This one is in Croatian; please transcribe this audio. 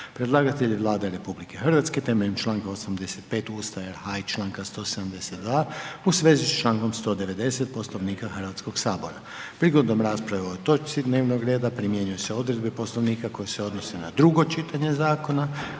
Predlagatelj je Vlada RH na temelju Članka 85. Ustava RH i Članka 172. Poslovnika Hrvatskoga sabora. Prigodom rasprave o ovoj točki dnevnog reda primjenjuju se odredbe Poslovnika koje se odnose na prvo čitanje zakona.